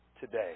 today